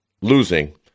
losing